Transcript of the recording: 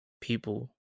People